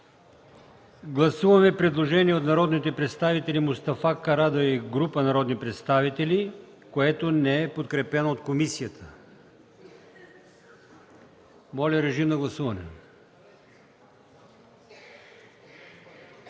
гласуваме предложението от народния представител Мустафа Карадайъ и група народни представители, което не е подкрепено от комисията. Гласували